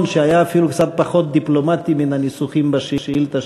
שהיה אפילו קצת פחות דיפלומטי מן הניסוחים בשאילתה